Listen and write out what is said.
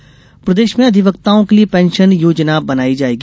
pension योजना प्रदेश में अधिवक्ताओं के लिये पेंशन योजना बनायी जाएगी